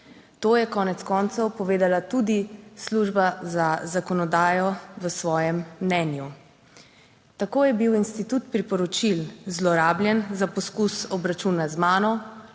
To je konec koncev povedala tudi Služba za zakonodajo v svojem mnenju. Tako je bil institut priporočil zlorabljen za poskus obračuna z mano,